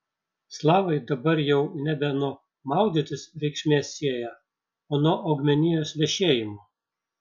slavai dabar jau nebe nuo maudytis reikšmės sieja o nuo augmenijos vešėjimo